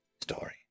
story